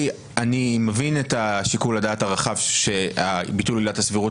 אני מבין את שיקול הדעת הרחב שביטול עילת הסבירות